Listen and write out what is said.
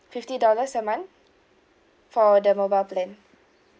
fifty dollars a month for the mobile plan